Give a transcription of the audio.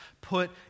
Put